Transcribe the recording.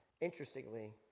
Interestingly